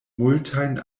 multajn